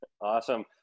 Awesome